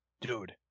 Dude